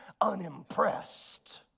unimpressed